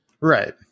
Right